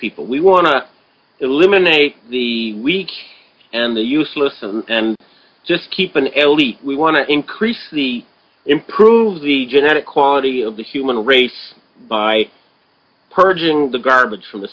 people we want to eliminate the weak and the useless and just keep on l d we want to increase the improve the genetic quality of the human race by purging the garbage from the